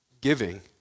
giving